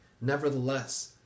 Nevertheless